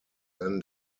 then